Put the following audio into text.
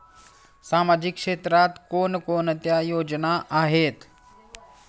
सामाजिक क्षेत्रात कोणकोणत्या योजना आहेत?